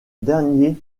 dernier